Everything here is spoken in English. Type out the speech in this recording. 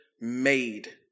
made